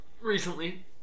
Recently